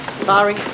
Sorry